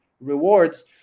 rewards